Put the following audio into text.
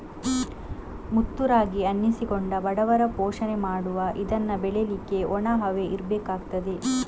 ಮುತ್ತು ರಾಗಿ ಅನ್ನಿಸಿಕೊಂಡ ಬಡವರ ಪೋಷಣೆ ಮಾಡುವ ಇದನ್ನ ಬೆಳೀಲಿಕ್ಕೆ ಒಣ ಹವೆ ಇರ್ಬೇಕಾಗ್ತದೆ